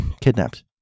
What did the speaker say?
kidnapped